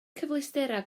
cyfleusterau